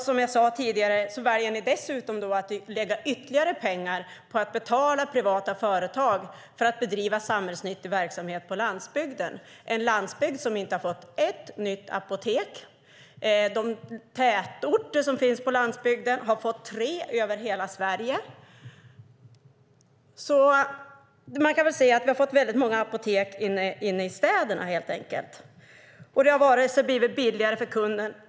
Som jag tidigare sagt väljer ni dessutom att lägga ytterligare pengar på att betala privata företag för att bedriva samhällsnyttig verksamhet på landsbygden - en landsbygd som inte fått ett enda nytt apotek. De tätorter som finns på landsbygden har fått tre apotek totalt i Sverige. Man kan säga att vi fått väldigt många apotek inne i städerna. Men det har inte blivit billigare för kunden.